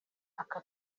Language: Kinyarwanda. aka